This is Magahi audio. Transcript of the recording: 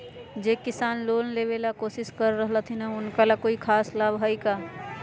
जे किसान लोन लेबे ला कोसिस कर रहलथिन हे उनका ला कोई खास लाभ हइ का?